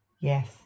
yes